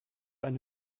eine